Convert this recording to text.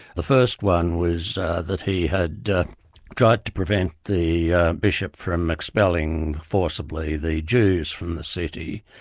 the first one was that he had tried to prevent the bishop from expelling forcibly the jews from the city,